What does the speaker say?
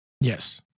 Yes